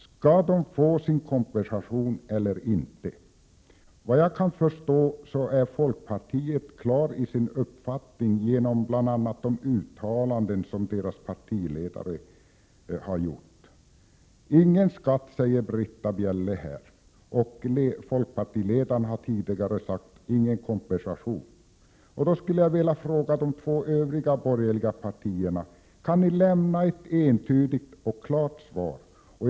Skall de få sin kompensation eller inte? Såvitt jag kan förstå har folkpartiet klargjort sin uppfattning genom bl.a. de uttalanden som dess partiledare har gjort. Britta Bjelle säger här att det inte skall utgå någon skatt, och folkpartiledaren har tidigare sagt att ingen kompensation skall utgå. Jag skulle därför vilja be de övriga två borgerliga partierna att lämna ett entydigt och klart svar på dessa frågor.